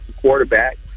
quarterback